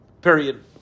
Period